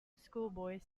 schoolboys